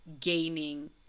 gaining